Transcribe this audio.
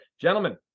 Gentlemen